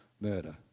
murder